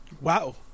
Wow